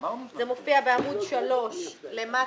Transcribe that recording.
זה מופיע בעמוד 3 למטה.